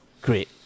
great